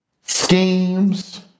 schemes